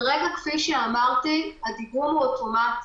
כרגע, כפי שאמרתי, הדיגום הוא אוטומטי.